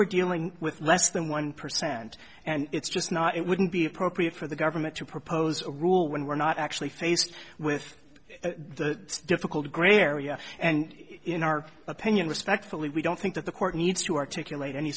we're dealing with less than one percent and it's just not it wouldn't be appropriate for the government to propose a rule when we're not actually faced with the difficult gray area and in our opinion respectfully we don't think that the court needs to articulate any